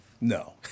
No